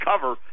cover